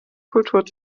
kultur